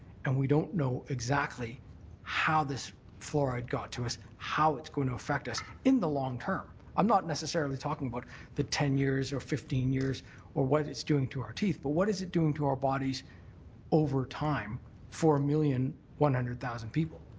and we don't know exactly how this fluoride got to us, how it's going to affect us, in the long-term. i'm not necessarily talking about the ten years or fifteen years or what it's doing to our teeth. but what is it doing to our bodies over time for a million, one thousand people.